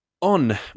On